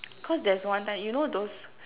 cause there's one time you know those